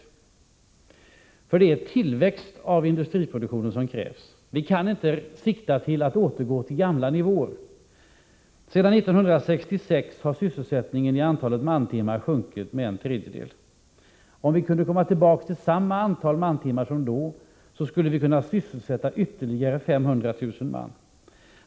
Det är nämligen tillväxt av industriproduktionen som krävs. Vi kan inte sikta till att återgå till gamla nivåer. Sedan 1966 har sysselsättningen i antalet mantimmar sjunkit med en tredjedel. Om vi kunde komma tillbaka till samma antal mantimmar som då, skulle vi kunna sysselsätta ytterligare 500 000 man.